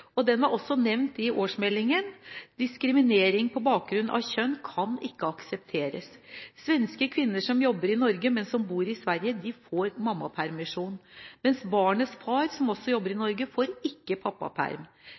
også nevnt i årsmeldingen. Diskriminering på bakgrunn av kjønn kan ikke aksepteres. Svenske kvinner som jobber i Norge, men som bor i Sverige, får mammapermisjon. Men barnets far, som også jobber i Norge, får ikke pappaperm.